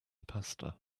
pasta